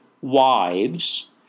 wives